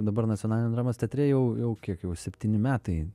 dabar nacionaliniam dramos teatre jau jau kiek jau septyni metai